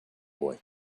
boy